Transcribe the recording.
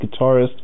guitarist